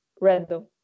random